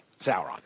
Sauron